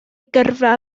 gyrfa